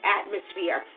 atmosphere